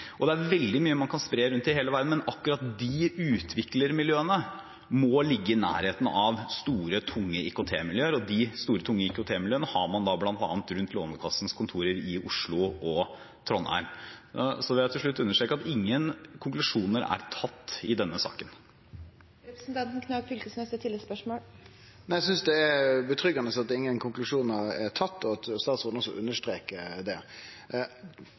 Det er veldig mye man kan spre rundt i hele verden, men akkurat de utviklermiljøene må ligge i nærheten av store, tunge IKT-miljøer, og de store, tunge IKT-miljøene har man bl.a. rundt Lånekassens kontorer i Oslo og Trondheim. Så vil jeg til slutt understreke at ingen konklusjoner er trukket i denne saken. Eg synest det er godt at ingen konklusjonar er tatt, og at statsråden også understrekar det. For min del ville det vore ein mykje ryddigare prosess viss ein hadde sett heilt opent på det,